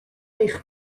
eich